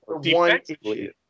defensively